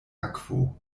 akvo